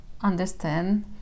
understand